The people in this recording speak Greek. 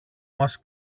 μας